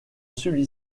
celui